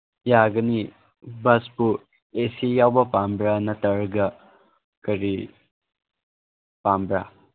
ꯌꯥꯒꯅꯤ ꯕꯁꯄꯨ A C ꯌꯥꯎꯕ ꯄꯥꯝꯕ꯭ꯔꯥ ꯅꯠꯇ꯭ꯔꯒ ꯀꯔꯤ ꯄꯥꯝꯕ꯭ꯔꯥ